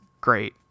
great